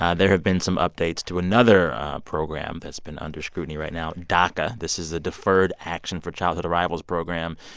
ah there have been some updates to another program that's been under scrutiny right now daca. this is the deferred action for childhood arrivals program,